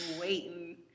waiting